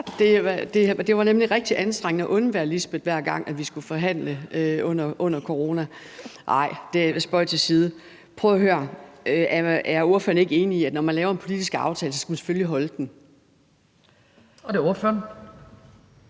det var nemlig rigtig anstrengende at undvære hende, hver gang vi skulle forhandle under corona. Nej, spøg til side. Prøv at høre: Er ordføreren ikke enig i, at når man laver en politisk aftale, skal man selvfølgelig holde den? Kl. 19:46 Den